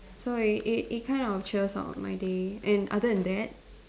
so it it it kind of cheers up my day and other than that